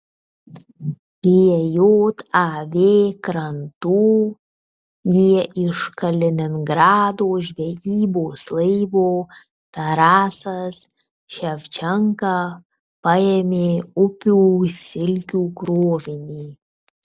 prie jav krantų jie iš kaliningrado žvejybos laivo tarasas ševčenka paėmė upių silkių krovinį